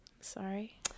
Sorry